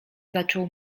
zaczął